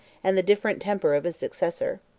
and the different temper of his successor.